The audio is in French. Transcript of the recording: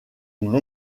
d’une